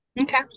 Okay